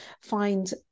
find